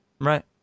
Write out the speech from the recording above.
Right